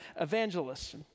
evangelists